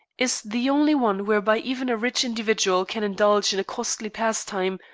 is the only one whereby even a rich individual can indulge in a costly pastime,